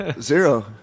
Zero